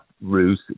route